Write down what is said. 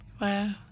Wow